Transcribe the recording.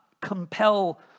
compel